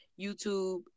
youtube